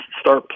start